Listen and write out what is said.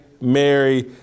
Mary